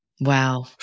Wow